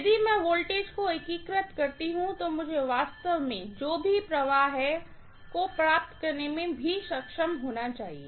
यदि मैं वोल्टेज को एकीकृत करती हूँ तो मुझे वास्तव में जो भी फ्लक्स है को प्राप्त करने में सक्षम होना चाहिए